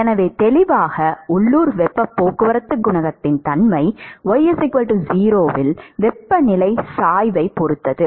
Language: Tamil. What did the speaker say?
எனவே தெளிவாக உள்ளூர் வெப்பப் போக்குவரத்துக் குணகத்தின் தன்மை y0ல் வெப்பநிலை சாய்வைப் பொறுத்தது